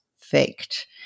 faked